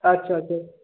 আচ্ছা আচ্ছা